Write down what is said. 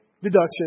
deduction